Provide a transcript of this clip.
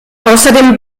außerdem